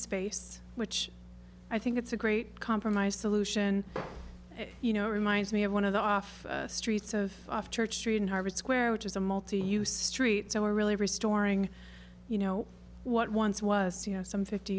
space which i think it's a great compromise solution you know reminds me of one of the off streets of church street in harvard square which is a multi use street so we're really restoring you know what once was you know some fifty